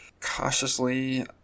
cautiously